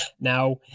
Now